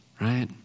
right